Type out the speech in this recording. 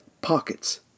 pockets